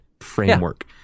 framework